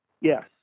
Yes